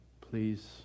please